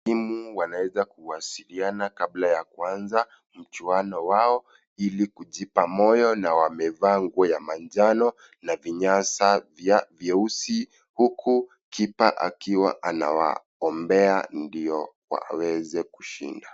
Timu wanaeza kuwasiliana kabla ya kuanza mchuano wao ili kujipa moyo na wamevaa ngua ya manjano na vinyasa vyeusi huku kipa akiwa anawaombea ndio waweze kushinda.